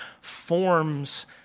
forms